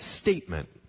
statement